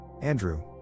Andrew